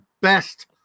best